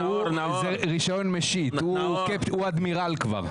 זה רישיון משיט, הוא אדמירל כבר.